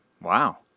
Wow